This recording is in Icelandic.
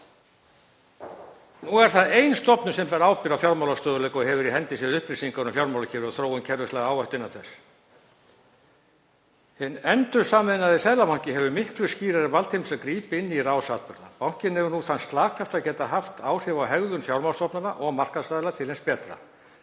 „Nú er það ein stofnun sem ber ábyrgð á fjármálastöðugleika og hefur í hendi sér upplýsingar um fjármálakerfið og þróun kerfislægrar áhættu innan þess. Hinn endursameinaði Seðlabanki hefur miklu skýrari valdheimildir til þess að grípa inn í rás atburða. Bankinn hefur nú þann slagkraft að geta haft áhrif á hegðun fjármálastofnana og markaðsaðila til hins betra.